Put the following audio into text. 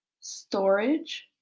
Storage